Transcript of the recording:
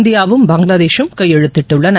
இந்தியாவும் பங்களாதேஷும் கையெழுத்திட்டுள்ளன